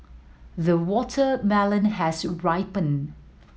the watermelon has ripened